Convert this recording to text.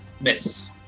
Miss